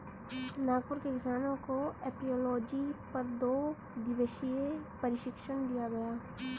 नागपुर के किसानों को एपियोलॉजी पर दो दिवसीय प्रशिक्षण दिया गया